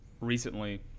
recently